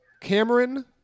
Cameron